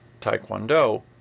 Taekwondo